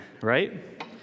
right